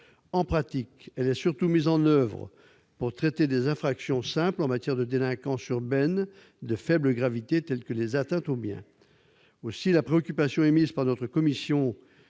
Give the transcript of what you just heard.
En pratique, elle est surtout mise en oeuvre pour traiter des infractions simples en matière de délinquance urbaine de faible gravité, telles que les atteintes aux biens. Aussi, la préoccupation émise par notre commission,